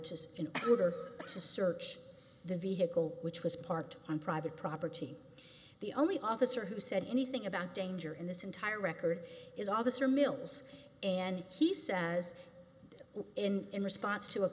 to in order to search the vehicle which was parked on private property the only officer who said anything about danger in this entire record is officer mills and he says in in response to a